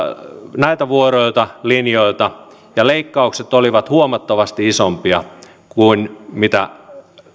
näiltä vuoroilta linjoilta ja leikkaukset olivat huomattavasti isompia kuin mitä